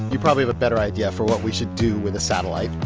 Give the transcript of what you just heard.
you probably have a better idea for what we should do with a satellite.